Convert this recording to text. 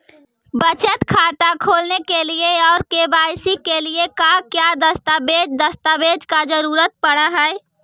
बचत खाता खोलने के लिए और के.वाई.सी के लिए का क्या दस्तावेज़ दस्तावेज़ का जरूरत पड़ हैं?